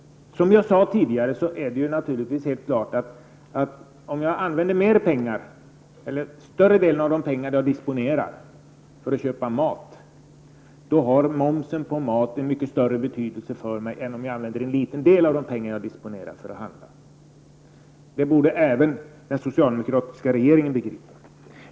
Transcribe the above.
Som jag sade tidigare är det helt klart att om jag använder större delen av de pengar jag disponerar för att köpa mat, har momsen på maten en mycket större betydelse för mig än om jag lägger en mindre del av pengarna på mat. Det borde även den socialdemokratiska regeringen begripa.